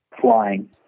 Flying